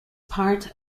part